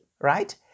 right